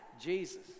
Jesus